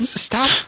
Stop